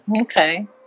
Okay